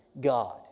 God